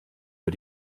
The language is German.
für